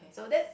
so that's